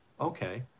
okay